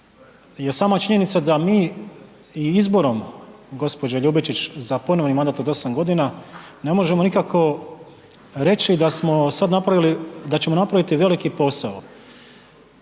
je sama činjenica da mi i izborom gđe. Ljubičić za ponovni mandat od 8 g., ne možemo nikako reći da ćemo napraviti veliki posao.